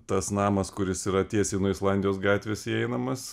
tas namas kuris yra tiesiai nuo islandijos gatvės įeinamas